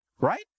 right